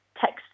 text